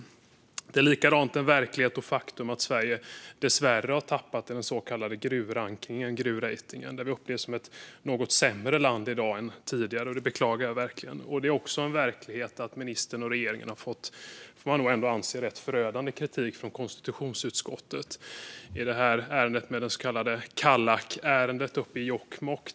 Likaledes är det en verklighet och ett faktum att Sverige dessvärre har tappat i den så kallade gruvrankningen eller gruvratingen. Vi upplevs som ett något sämre land i dag än tidigare, och det beklagar jag verkligen. Det är också en verklighet att ministern och regeringen har fått, får man nog anse, rätt förödande kritik från konstitutionsutskottet i ärendet om Kallak uppe i Jokkmokk.